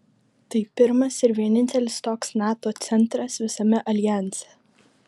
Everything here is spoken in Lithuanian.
tai pirmas ir vienintelis toks nato centras visame aljanse